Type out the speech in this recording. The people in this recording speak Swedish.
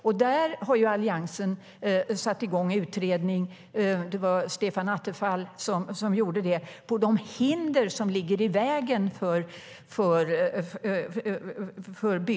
I fråga om hinder som ligger i vägen för byggande inom rimlig tid har Alliansen satt i gång en utredning.